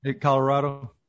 Colorado